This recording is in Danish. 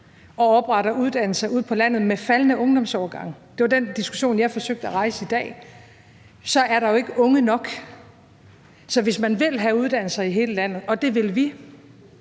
og opretter uddannelser ude på landet med faldende ungdomsårgange – det var den diskussion, jeg forsøgte at rejse i dag – så er der jo ikke unge nok. Så vi vil have uddannelser i hele landet, for det betyder